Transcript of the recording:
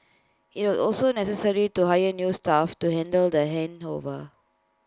IT was also necessary to hire new staff to handle the handover